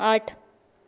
आठ